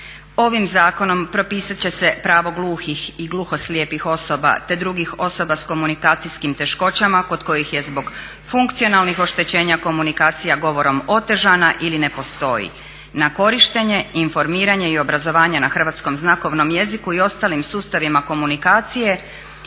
Ovim zakonom propisati će se pravo gluhih i gluhoslijepih osoba te drugih osoba sa komunikacijskim teškoćama kod kojih je zbog funkcionalnih oštećenja komunikacija govorom otežana ili ne postoji na korištenje, informiranje i obrazovanje na hrvatskom znakovnom jeziku i ostalim sustavima komunikacije